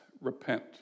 repent